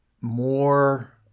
more